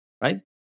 right